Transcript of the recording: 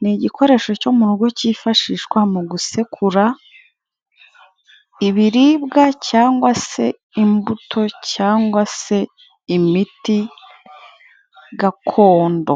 Ni igikoresho cyo mu rugo cyifashishwa mu gusekura ibiribwa, cyangwa se imbuto cyangwa se imiti gakondo.